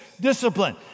discipline